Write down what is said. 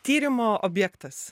tyrimo objektas